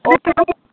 okay madam